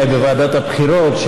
אולי בוועדת הבחירות,